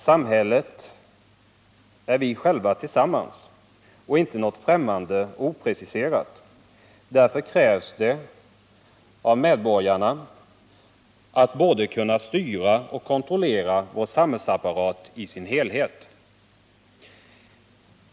Samhället är vi själva tillsammans och inte något främmande och opreciserat. Därför krävs det av medborgarna att både kunna styra och kontrollera vår samhällsapparat i dess helhet.